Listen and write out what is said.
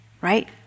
right